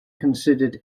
considered